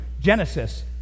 Genesis